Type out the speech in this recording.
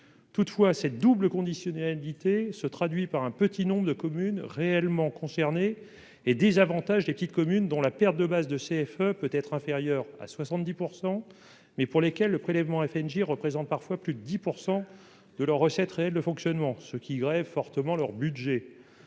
Toutefois, cette double conditionnalité se traduit par un petit nombre de communes réellement concernées et désavantage les petites communes dont la perte de base de CFE peut être inférieure à 70 %, mais pour lesquelles le prélèvement FNGIR représente parfois plus de 10 % des recettes réelles de fonctionnement, ce qui grève fortement leur budget.